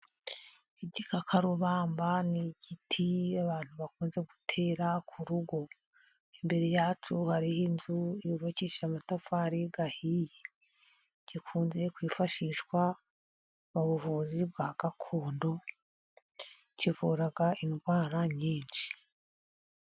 Igikakarubamba ni igiti abantu bakunze gutera ku rugo. Imbere yacyo hariho inzu yubakishije amatafari ahiye. Gikunze kwifashishwa mu buvuzi bwa gakondo, kivura indwara nyinshi.